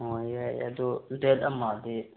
ꯑꯣ ꯌꯥꯏꯌꯦ ꯑꯗꯣ ꯗꯦꯠ ꯑꯃꯗꯤ